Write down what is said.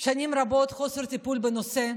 שנים רבות חוסר טיפול בנושא,